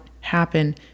happen